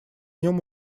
нем